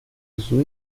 azul